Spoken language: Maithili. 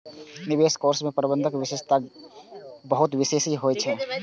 निवेश कोष मे प्रबंधन विशेषज्ञता बहुत बेसी होइ छै